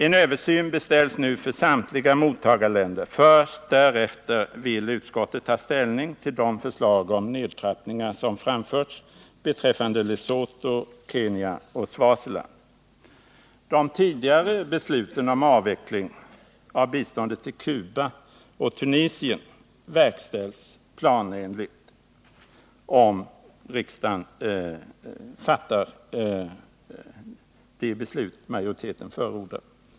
En översyn beställs nu för samtliga mottagarländer; först därefter vill utskottet ta ställning till de förslag om nedtrappningar som framförts beträffande Lesotho, Kenya och Swaziland. De tidigare besluten om avveckling av biståndet till Cuba och Tunisien verkställs planenligt, om riksdagen fattar de beslut majoriteten förordar.